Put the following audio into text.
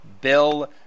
Bill